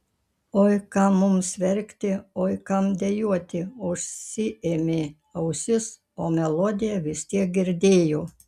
oi kam mums verkti oi kam dejuoti užsiėmė ausis o melodiją vis tiek girdėjo